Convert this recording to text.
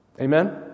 Amen